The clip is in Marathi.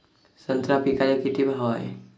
संत्रा पिकाले किती भाव हाये?